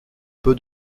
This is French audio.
peu